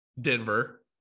Denver